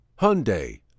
Hyundai